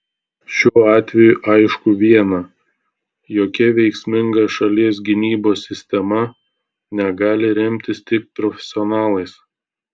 šiuo atveju aišku viena jokia veiksminga šalies gynybos sistema negali remtis tik profesionalais